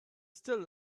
still